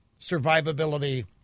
survivability